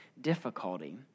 difficulty